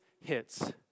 hits